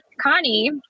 Connie